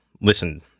listen